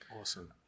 Awesome